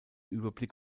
überblick